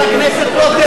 חבר הכנסת רותם,